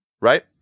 right